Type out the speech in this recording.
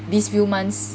these few months